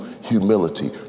humility